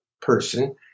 person